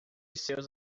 seus